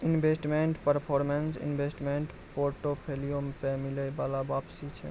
investment performance investment portfolio पे मिलै बाला वापसी छै